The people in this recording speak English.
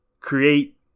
create